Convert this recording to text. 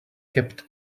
kept